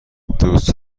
دوست